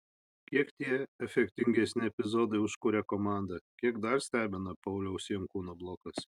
kiek tie efektingesni epizodai užkuria komandą kiek dar stebina pauliaus jankūno blokas